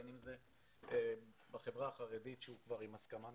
בין אם זה בחברה החרדית כשהוא כבר עם הסכמה משפחתית,